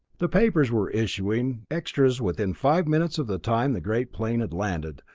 the papers were issuing extras within five minutes of the time the great plane had landed,